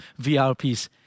VRPs